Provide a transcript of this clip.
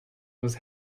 was